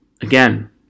Again